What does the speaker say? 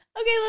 okay